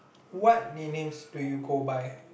what nicknames do you go by